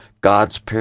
God's